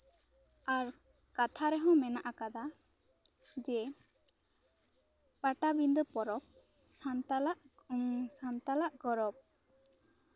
ᱟᱨ ᱠᱟᱛᱷᱟ ᱨᱮᱦᱚᱸ ᱢᱮᱱᱟᱜ ᱠᱟᱫᱟ ᱡᱮ ᱯᱟᱴᱟᱵᱤᱱᱫᱟᱹ ᱯᱚᱨᱚᱵᱽ ᱥᱟᱱᱛᱟᱲ ᱥᱟᱱᱛᱟᱲᱟᱜ ᱯᱚᱨᱚᱵᱽ